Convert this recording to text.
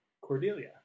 Cordelia